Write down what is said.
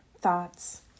thoughts